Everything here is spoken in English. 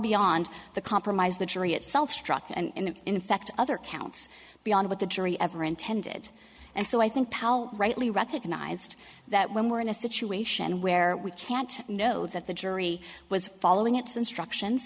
beyond the compromise the jury itself struck and in effect other counts beyond what the jury ever intended and so i think powell rightly recognized that when we're in a situation where we can't know that the jury was following its instructions